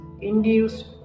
induced